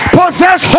possess